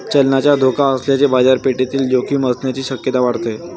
चलनाचा धोका असल्याने बाजारपेठेतील जोखीम असण्याची शक्यता वाढते